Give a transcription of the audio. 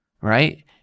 Right